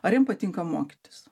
ar jam patinka mokytis